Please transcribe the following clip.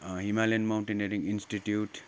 himalayan mountaineering institute